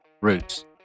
roots